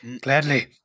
Gladly